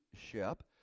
ship